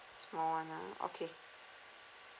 small one ah okay